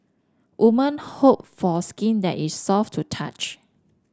woman hope for skin that is soft to touch